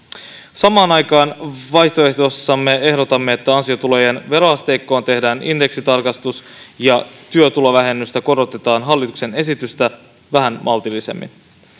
samaan aikaan vaihtoehdossamme ehdotamme että ansiotulojen veroasteikkoon tehdään indeksitarkistus ja työtulovähennystä korotetaan hallituksen esitystä vähän maltillisemmin